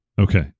Okay